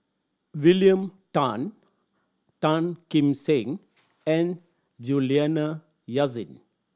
William Tan Tan Kim Seng and Juliana Yasin